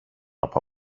από